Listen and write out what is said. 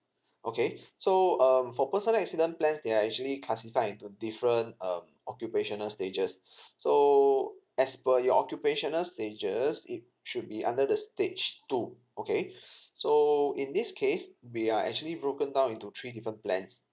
okay so um for personal accident plans they are actually classified into different um occupational stages so as per your occupational stages it should be under the stage two okay so in this case we are actually broken down into three different plans